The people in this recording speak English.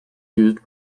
used